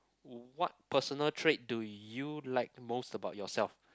what personal trait do you like most about yourself